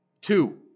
Two